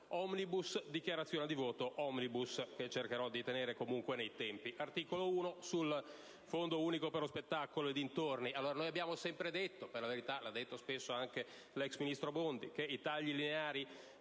dichiarazione di voto *omnibus*, che cercherò comunque di tenere nei tempi. Articolo 1, sul Fondo unico per lo spettacolo e dintorni. Abbiamo sempre detto, per la verità l'ha detto spesso anche l'ex ministro Bondi, che i tagli lineari,